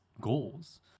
goals